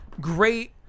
great